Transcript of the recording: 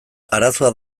arazoa